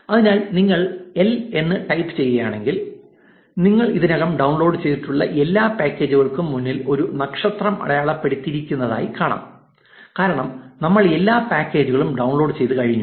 അതിനാൽ നിങ്ങൾ എൽ എന്ന് ടൈപ്പ് ചെയ്യുകയാണെങ്കിൽ നിങ്ങൾ ഇതിനകം ഡൌൺലോഡ് ചെയ്തിട്ടുള്ള എല്ലാ പാക്കേജുകൾക്കും മുന്നിൽ ഒരു നക്ഷത്രം അടയാളപ്പെടുത്തിയിരിക്കുന്നതായി കാണാം കാരണം നമ്മൾ എല്ലാ പാക്കേജുകളും ഡൌൺലോഡ് ചെയ്തു കഴിഞ്ഞു